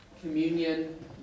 communion